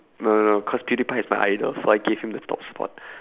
no no no because pewdiepie is my idol so I gave him the top spot